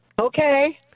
Okay